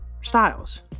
styles